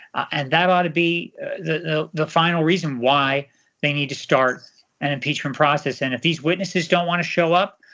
and that ought to be the the final reason why they need to start an impeachment process. and if these witnesses don't want to show up,